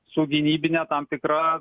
su gynybine tam tikra